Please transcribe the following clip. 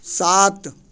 सात